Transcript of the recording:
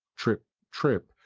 trip, trip,